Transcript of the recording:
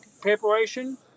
preparation